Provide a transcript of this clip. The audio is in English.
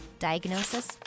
Diagnosis